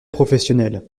professionnels